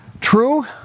True